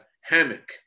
hammock